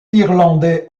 irlandais